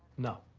no,